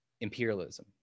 imperialism